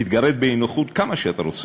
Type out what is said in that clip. תתגרד באי-נוחות כמה שאתה רוצה,